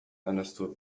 understood